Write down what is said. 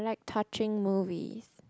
touching movies